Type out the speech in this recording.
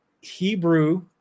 Hebrew